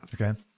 Okay